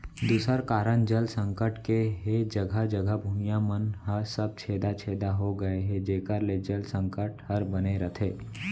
दूसर कारन जल संकट के हे जघा जघा भुइयां मन ह सब छेदा छेदा हो गए हे जेकर ले जल संकट हर बने रथे